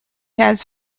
has